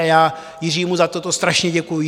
A já Jiřímu za toto strašně děkuju.